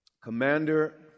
commander